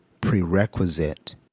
prerequisite